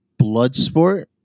Bloodsport